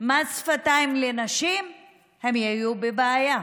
מס שפתיים לנשים הם יהיו בבעיה.